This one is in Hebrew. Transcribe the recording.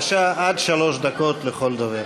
בבקשה, עד שלוש דקות לכל דובר.